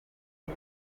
the